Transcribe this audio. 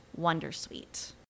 Wondersuite